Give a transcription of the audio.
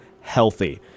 healthy